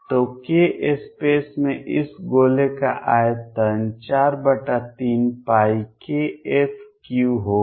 तो k space में इस गोले का आयतन 43kF3 होगा